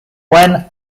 when